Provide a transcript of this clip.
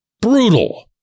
brutal